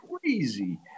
crazy